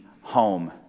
home